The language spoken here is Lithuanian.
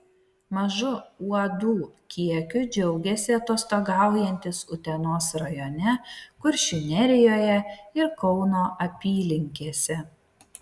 mažu uodų kiekiu džiaugėsi atostogaujantys utenos rajone kuršių nerijoje ir kauno apylinkėse